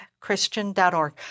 Christian.org